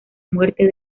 muerte